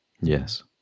Yes